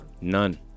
None